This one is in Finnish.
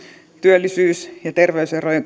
työllisyys ja terveyserojen